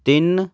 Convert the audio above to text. ਤਿੰਨ